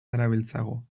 darabiltzagu